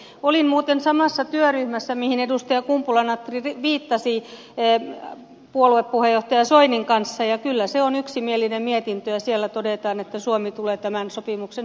olin muuten samassa työryhmässä mihin edustaja kumpula natri viittasi puoluepuheenjohtaja soinin kanssa ja kyllä se on yksimielinen mietintö ja siellä todetaan että suomi tulee tämän sopimuksen hyväksymään